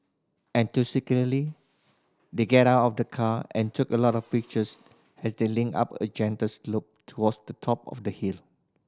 enthusiastically they get out of the car and took a lot of pictures as they linked up a gentle slope towards the top of the hill